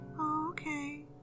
okay